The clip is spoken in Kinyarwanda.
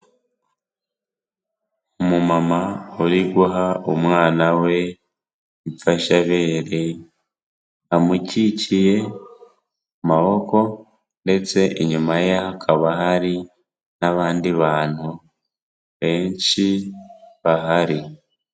Umumama uri guha umwana we imfashabe, amukikiye mu maboko ndetse inyuma ye hakaba hari n'abandi bantu benshi bahari.